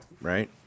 Right